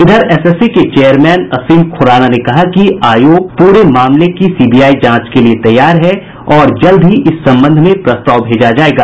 इधर एसएससी के चेयरमैन असीम खुराना ने कहा कि आयोग पूरे मामले की सीबीआई जांच के लिए तैयार है और जल्द ही इस संबंध में प्रस्ताव भेजा जाएगा